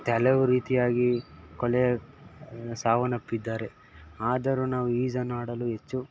ಮತ್ತು ಹಲವು ರೀತಿಯಾಗಿ ಕೊಲೆ ಸಾವನ್ನಪ್ಪಿದ್ದಾರೆ ಆದರೂ ನಾವು ಈಜನ್ನು ಆಡಲು ಹೆಚ್ಚು